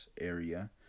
area